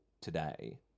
today